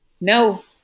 No